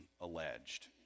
alleged